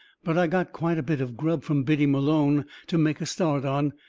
but i got quite a bit of grub from biddy malone to make a start on,